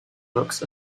books